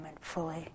fully